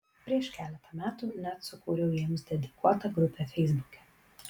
prieš keletą metų net sukūriau jiems dedikuotą grupę feisbuke